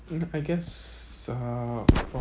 mm I guess err upon